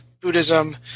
Buddhism